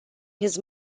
his